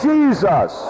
Jesus